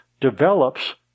develops